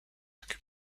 pack